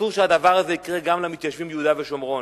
אסור שהדבר הזה יקרה גם למתיישבים ביהודה ושומרון.